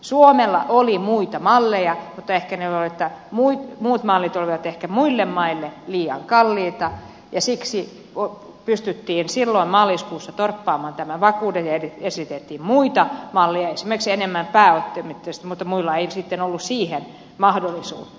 suomella oli muita malleja mutta muut mallit olivat ehkä muille maille liian kalliita ja siksi pystyttiin silloin maaliskuussa torppaamaan nämä vakuudet ja esitettiin muita malleja esimerkiksi enemmän pääomittamista mutta muilla ei sitten ollut siihen mahdollisuutta